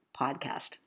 podcast